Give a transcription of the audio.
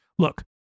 Look